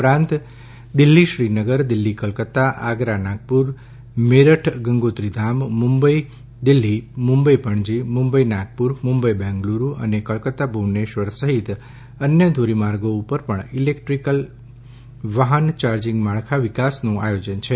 ઉપરાંત દિલ્ફી શ્રીનગર દિલ્ફી કોલાકાતા આગરા નાગપુર મેરઠ ગંગોત્રીધામ મુંબઈ દિલ્ફી મુંબઈ પણજી મુંબઈ નાગપુર મુંબઈ બેંગ્લુરૂ અને કોલકાતા ભુવનેશ્વર સહિત અન્ય ધોરીમાર્ગો ઉપર પણ ઇલેક્ટ્રીકલ વાહન ચાર્જિંગ માળખા વિકાસનું આયોજન છે